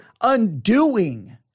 undoing